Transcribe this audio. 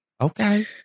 Okay